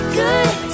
good